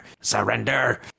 Surrender